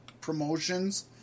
promotions